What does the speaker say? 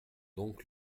donc